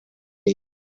lei